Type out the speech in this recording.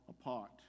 apart